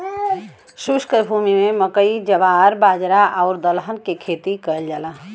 शुष्क भूमि में मकई, जवार, बाजरा आउर दलहन के खेती कयल जाला